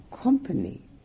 company